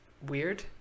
weird